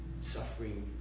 Suffering